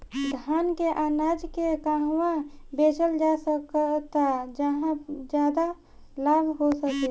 धान के अनाज के कहवा बेचल जा सकता जहाँ ज्यादा लाभ हो सके?